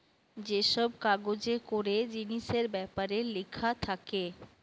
যে সব কাগজে করে জিনিসের বেপারে লিখা থাকে